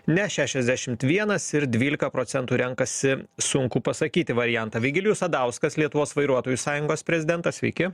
ne šešiasdešimt vienas ir dvylika procentų renkasi sunku pasakyti variantą vigilijus sadauskas lietuvos vairuotojų sąjungos prezidentas sveiki